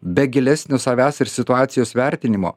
be gilesnio savęs ir situacijos vertinimo